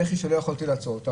בבכי, שלא יכולתי לעצור אותה.